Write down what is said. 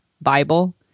Bible